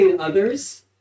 others